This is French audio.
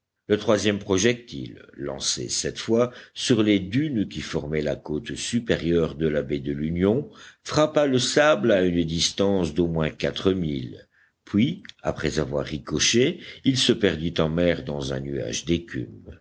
le troisième projectile lancé cette fois sur les dunes qui formaient la côte supérieure de la baie de l'union frappa le sable à une distance d'au moins quatre milles puis après avoir ricoché il se perdit en mer dans un nuage